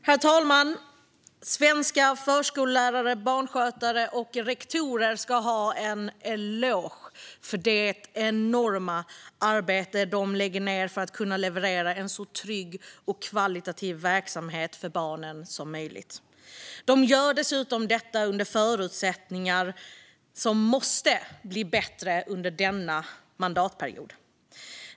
Herr talman! Svenska förskollärare, barnskötare och rektorer ska ha en eloge för det enorma arbete de lägger ned för att kunna leverera en så trygg och kvalitativ verksamhet för barnen som möjligt. De gör dessutom detta under förutsättningar som måste bli bättre under denna mandatperiod.